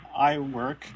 iWork